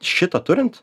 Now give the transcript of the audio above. šitą turint